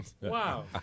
Wow